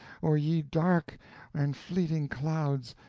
or ye dark and fleeting clouds,